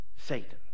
Satan